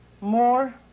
more